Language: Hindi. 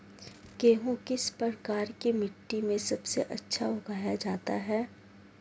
गेहूँ किस प्रकार की मिट्टी में सबसे अच्छा उगाया जाता है?